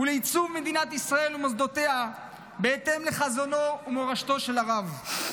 ולעיצוב מדינת ישראל ומוסדותיה בהתאם לחזונו ומורשתו של הרב.